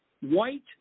white